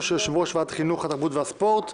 הצבעה בעד הצעת יו"ר ועדת כספים 11 נגד,